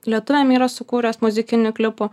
lietuviam yra sukūręs muzikinių klipų